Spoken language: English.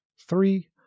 Three